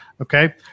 okay